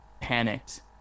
panicked